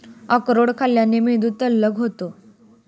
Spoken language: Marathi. अक्रोड खाल्ल्याने मेंदू तल्लख होतो